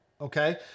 okay